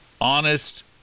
honest